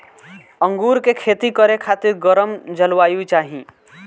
अंगूर के खेती करे खातिर गरम जलवायु चाही